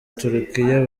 turukiya